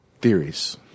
Theories